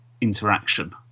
interaction